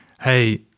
hey